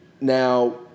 Now